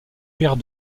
père